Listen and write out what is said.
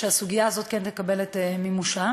ושהסוגיה הזאת כן תקבל את מימושה.